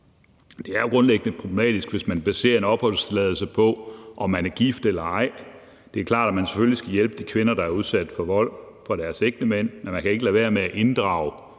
Det er grundlæggende problematisk, hvis man baserer en opholdstilladelse på, om man er gift eller ej. Det er klart, at man selvfølgelig skal hjælpe de kvinder, der er udsat for vold af deres ægtemænd, men man kan ikke lade være med at inddrage